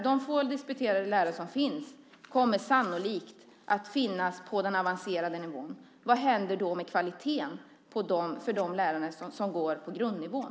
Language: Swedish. De få disputerade lärarna kommer sannolikt att finnas på den avancerade nivån. Vad händer då med kvaliteten för de lärare som finns på grundnivån?